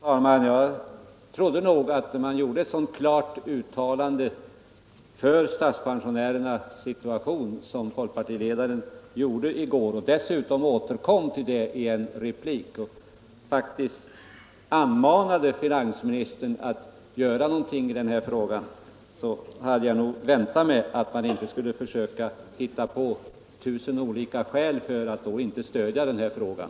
Här rsbrälakanir pel Fru talman! Efter ett så klart uttalande för statspensionärernas situation — Bidrag till trossamsom folkpartiledaren gjorde i går — han återkom dessutom till det i en — fund replik och uppmanade faktiskt finansministern att göra någonting i denna fråga — hade jag väntat mig att folkpartiet inte skulle försöka hitta tusen olika skäl för inte stödja reservationen i den här frågan.